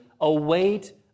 await